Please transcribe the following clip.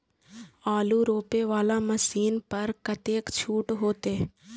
आलू रोपे वाला मशीन पर कतेक छूट होते?